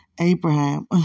Abraham